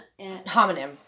Homonym